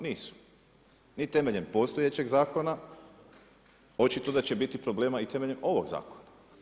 Nisu, ni temeljem postojećeg zakona, očito da će biti problema i temeljem ovog zakona.